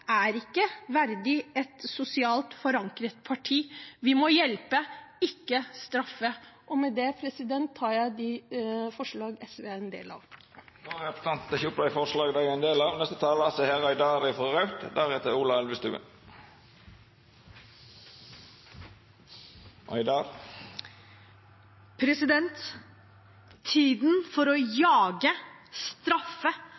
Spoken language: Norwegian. er ikke verdig et sosialt forankret parti. Vi må hjelpe, ikke straffe. Med det tar jeg opp forslagene fra SV. Da har representanten Marian Hussein teke opp dei forslaga ho viste til. Tiden for å jage, straffe og stigmatisere mennesker for rusbruk og